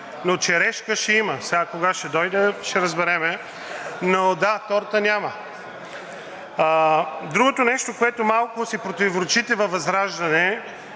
но черешка ще има. Сега, кога ще дойде, ще разберем? Но, да, торта няма. Другото нещо, за което малко си противоречите във ВЪЗРАЖДАНЕ,